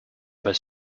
was